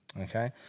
Okay